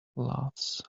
laughs